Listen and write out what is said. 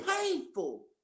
painful